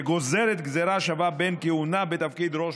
שגוזרת גזרה שווה בין כהונה בתפקיד ראש